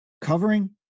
Covering